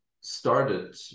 started